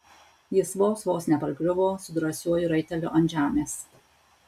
jis vos vos nepargriuvo su drąsiuoju raiteliu ant žemės